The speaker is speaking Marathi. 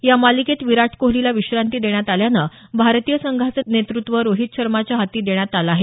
या मालिकेत विराट कोहलीला विश्रांती देण्यात आल्यानं भारतीय संघाचं नेतृत्व रोहित शर्माच्या हाती देण्यात आलं आहे